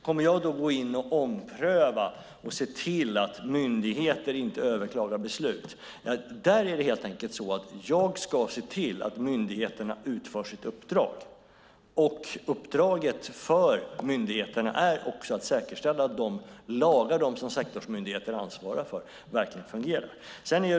Kommer jag då att gå in och ompröva och se till att myndigheter inte överklagar beslut? Där är det helt enkelt så att jag ska se till att myndigheterna utför sitt uppdrag, och uppdraget för myndigheterna är också att säkerställa att de lagar som sektorsmyndigheten ansvarar för verkligen fungerar.